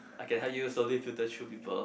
I can help you slowly filter through people